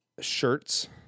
Shirts